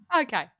Okay